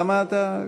למה אתה,